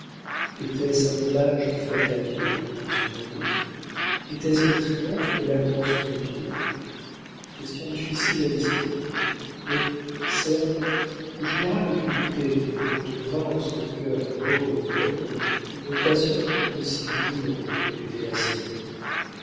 était-ce un hommage fait à dieu de son amour était-ce le triomphe de l'amour sur dieu questions difficiles à décider mais certes le général ne put douter qu'il ne retrouvât en ce cœur mort au monde une passion tout aussi brûlante que l'était la sienne